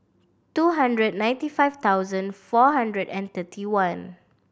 two hundred ninety five thousand four hundred and thirty one